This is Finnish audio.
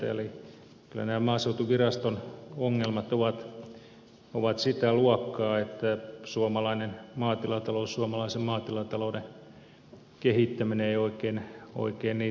eli kyllä nämä maaseutuviraston ongelmat ovat sitä luokkaa että suomalaisen maatilatalouden kehittäminen ei oikein niitä kestä